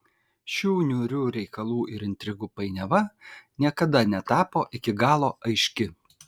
šių niūrių reikalų ir intrigų painiava niekad netapo iki galo aiški